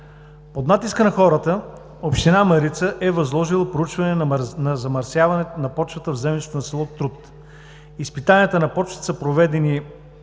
Под натиска на хората, община Марица е възложила проучване на замърсяването на почвата в землището на село Труд. Изпитанията на почвата са проведени